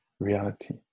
Reality